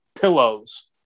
pillows